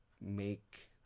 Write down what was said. make